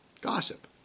Gossip